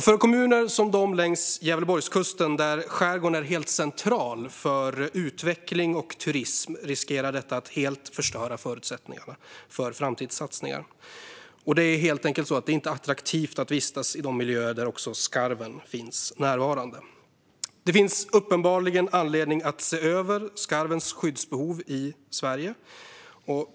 För kommuner, som de längs Gävleborgskusten, där skärgården är helt central för utveckling och turism riskerar detta att helt förstöra förutsättningarna för framtidssatsningar. Det är helt enkelt inte attraktivt att vistas i de miljöer där skarven finns närvarande. Det finns uppenbarligen anledning att se över skarvens skyddsbehov i Sverige.